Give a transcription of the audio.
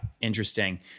Interesting